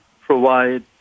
provide